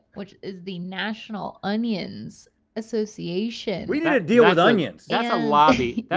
which is the national onions association. we need a deal with onions! that's a lobby, that's